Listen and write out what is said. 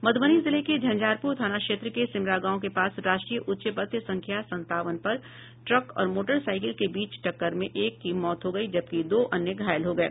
मधुबनी जिले के झंझारपुर थाना क्षेत्र के सिमरा गांव के पास राष्ट्रीय उच्च पथ संख्या संतावन पर ट्रक और मोटरसाईकिल के बीच टक्कर में एक की मौत हो गयी जबकि दो अन्य लोग घायल हो गये